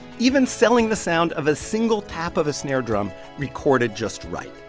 even selling the sound of a single tap of a snare drum recorded just right.